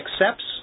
accepts